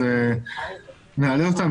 אז נעלה אותם,